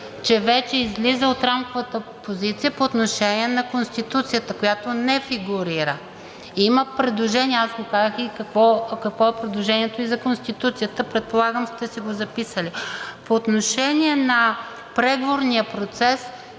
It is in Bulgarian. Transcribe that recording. че вече излиза от Рамковата позиция по отношение на Конституцията, която не фигурира. Има предложение, аз го казах и какво е предложението и за Конституцията – предполагам, сте си го записали. По отношение на преговорния процес,